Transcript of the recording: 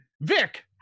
Vic